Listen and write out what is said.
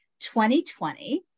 2020